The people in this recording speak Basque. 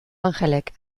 angelek